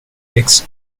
eggs